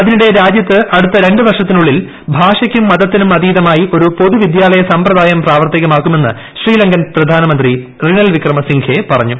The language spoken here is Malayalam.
അതിനിടെ രാജ്യത്ത് അടുത്ത രണ്ട് വർഷത്തിനുള്ളിൽ ഭാഷയ്ക്കും മതത്തിനും അതീതമായി ഒരു പൊതുവിദ്യാലയ സമ്പ്രദായം പ്രാവർത്തികമാക്കുമെന്ന് ശ്രീലങ്കൻ പ്രധാനമന്ത്രി റിനൽ വിക്രമസിംഘേ പറഞ്ഞു